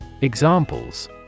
Examples